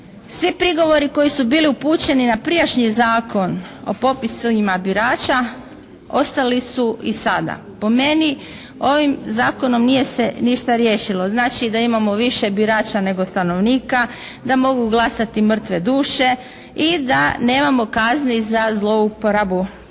Svi prigovori koji su bili upućeni na prijašnji Zakon o popisima birača ostali su i sada. Po meni ovim zakonom nije se ništa riješilo, znači da imamo više birača nego stanovnika, da mogu glasati mrtve duše, i da nemamo kazni za zlouporabu